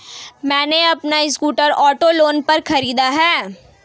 मैने अपना scooter auto loan पर खरीदा है